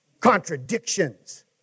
Contradictions